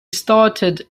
started